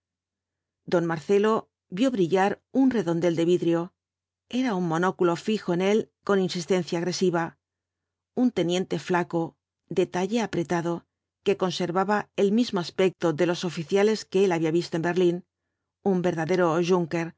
don marcelo vio brillar un redondel de vidrio era un monóculo fijo en él con insistencia agresiva un teniente flaco de talle apretado que conservaba el mismo aspecto de los oficiales que él había visto en berlín un verdadero jiinker